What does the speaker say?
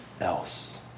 else